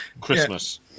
Christmas